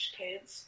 kids